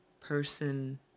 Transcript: person